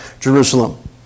Jerusalem